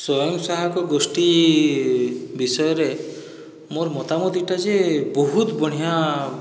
ସ୍ଵୟଂସହାୟକ ଗୋଷ୍ଠୀ ବିଷୟରେ ମୋର ମତା ମତ ଇଟା ଯେ ବହୁତ ବଢ଼ିଆଁ